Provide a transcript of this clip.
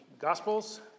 Gospels